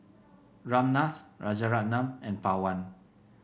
Ramnath Rajaratnam and Pawan